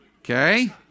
Okay